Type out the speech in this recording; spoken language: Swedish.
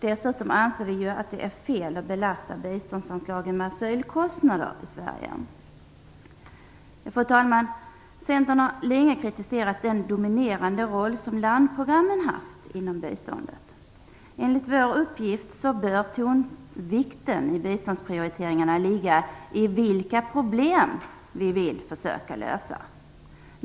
Dessutom anser vi att det är fel att belasta biståndsanslagen med asylkostnader i Sverige. Fru talman! Centern har länge kritiserat den dominerande roll som landprogrammen haft inom biståndet. Enligt vår uppgift bör tonvikten i biståndsprioriteringarna ligga vid vilka problem vi vill försöka lösa.